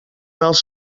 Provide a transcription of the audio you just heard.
els